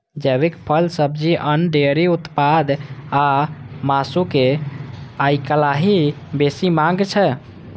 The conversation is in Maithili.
जैविक फल, सब्जी, अन्न, डेयरी उत्पाद आ मासुक आइकाल्हि बेसी मांग छै